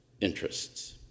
interests